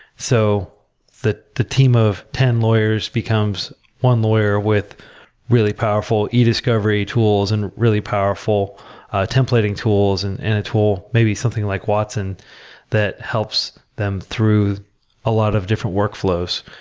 so the the team of ten lawyers becomes one lawyer with really powerful e-discovery tools and really powerful templating tools, and and a tool maybe something like watson that helps them through a lot of different workflows.